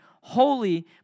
holy